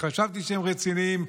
שחשבתי שהם רציניים,